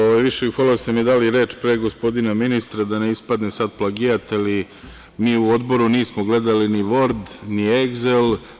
Više bih voleo da ste mi dali reč pre gospodina ministra da ne ispadne sada plagijat, ali mi u Odboru nismo gledali ni Word ni Excel.